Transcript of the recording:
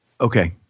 okay